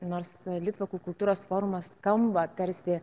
nors litvakų kultūros forma skamba tarsi